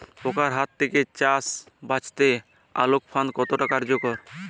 পোকার হাত থেকে চাষ বাচাতে আলোক ফাঁদ কতটা কার্যকর?